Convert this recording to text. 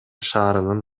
шаарынын